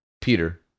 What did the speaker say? Peter